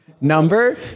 Number